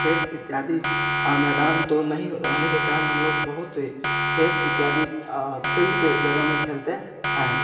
खेत इत्यादि मैदान तो नहीं रहने के कारण हम लोग बहुत ही खेत इत्यादि फिल्ड के जगह में खेलते हैं